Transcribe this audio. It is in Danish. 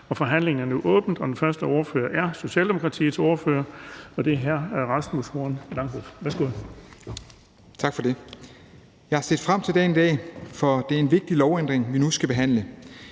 Forhandlingen er nu åbnet, og den første ordfører er Socialdemokratiets ordfører, og det er hr. Rasmus Horn Langhoff. Værsgo. Kl. 13:42 (Ordfører) Rasmus Horn Langhoff (S): Tak for det. Jeg har set frem til dagen i dag, for det er en vigtig lovændring, vi nu skal behandle.